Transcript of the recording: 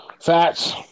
Fats